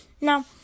Now